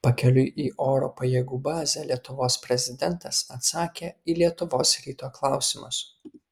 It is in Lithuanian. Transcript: pakeliui į oro pajėgų bazę lietuvos prezidentas atsakė į lietuvos ryto klausimus